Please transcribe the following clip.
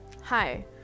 hi